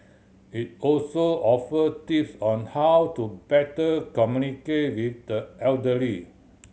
it also offer tips on how to better communicate with the elderly